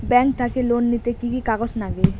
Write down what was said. Bank থাকি loan নিতে কি কি কাগজ নাগে?